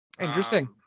Interesting